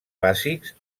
bàsics